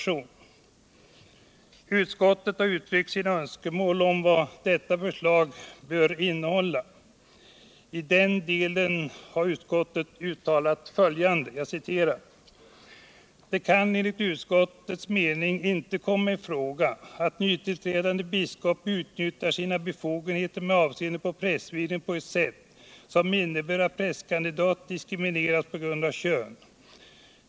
1 den delen har utskottet uttalat följande: ”Det kan —-——- enligt utskottets mening inte komma i fråga att nytillträdande biskop utnyttjar sina befogenheter med avseende på prästvigning på ett sätt som innebär att prästkandidat diskrimineras på grund av kön.